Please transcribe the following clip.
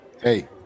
Hey